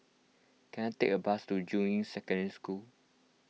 can I take a bus to Juying Secondary School